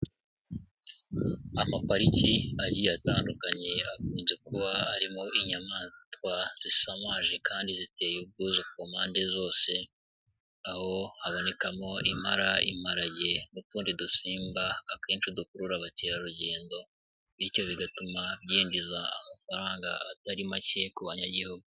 Amapariki agiye atandukanye akunze kuba arimo inyamaswa zisamaje kandi ziteye ubwuzu ku mpande zose, aho habonekamo impara, imparage n'utundi dusimba akenshi dukurura abakerarugendo bityo bigatuma byinjiza amafaranga atari make ku banyagihugu.